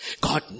God